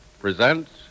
presents